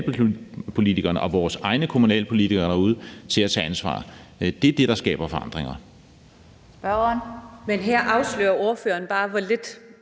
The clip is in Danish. kommunalpolitikerne og vores egne kommunalpolitikere derude til at tage ansvar. Det er det, der skaber forandringer.